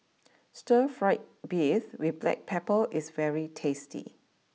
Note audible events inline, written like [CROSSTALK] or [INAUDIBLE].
[NOISE] Stir Fried Beef with Black Pepper is very tasty